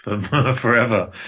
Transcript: forever